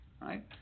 right